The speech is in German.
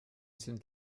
sind